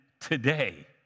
today